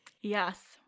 Yes